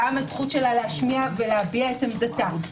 גם הזכות שלה להשמיע ולהביע את עמדתה.